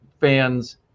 fans